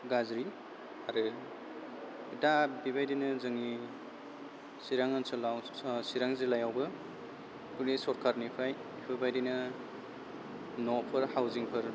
गाज्रि आरो दा बेबायदिनो जोंनि चिरां ओनसोलाव चिरां जिल्लायावबो बिदि सरकारनिफ्राय बेफोरबायदिनो न'फोर हाउजिंफोर